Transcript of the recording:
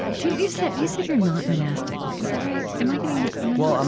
you said you said you're not monastic, right? is that right? am i getting that, well, um